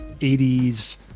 80s